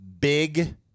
big